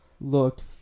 looked